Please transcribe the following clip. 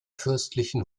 fürstlichen